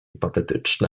patetyczne